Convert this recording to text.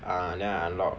ah then I unlock